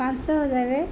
ପାଞ୍ଚ ହଜାରେ